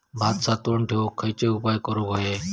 भात साठवून ठेवूक खयचे उपाय करूक व्हये?